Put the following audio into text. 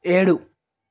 ఏడు